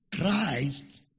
Christ